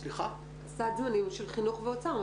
סד זמנים של חינוך ואוצר.